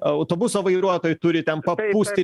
autobuso vairuotojai turi ten papūsti